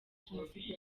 jenoside